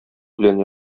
белән